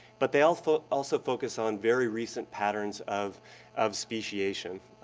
but they also also focus on very recent patterns of of speciation.